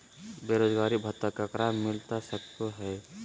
बेरोजगारी भत्ता ककरा मिलता सको है?